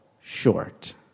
short